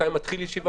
בן אדם סוגרים.